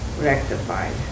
rectified